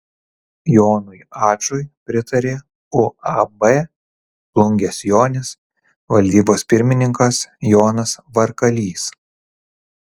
jonui ačui pritarė uab plungės jonis valdybos pirmininkas jonas varkalys